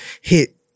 hit